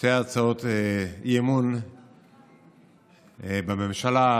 שתי הצעות אי-אמון בממשלה,